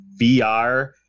VR